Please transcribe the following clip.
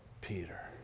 Peter